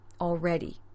already